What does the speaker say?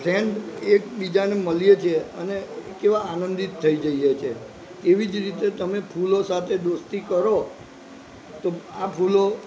friend એકબીજાને મળીએ છીએ ને કેવા આનંદિત થઈ જઈએ છે એવી જ રીતે તમે ફૂલો સાથે દોસ્તી કરો તો આ ફૂલો